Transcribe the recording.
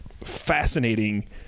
fascinating